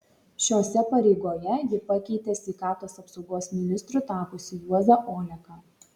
šiose pareigoje ji pakeitė sveikatos apsaugos ministru tapusį juozą oleką